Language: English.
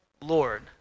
Lord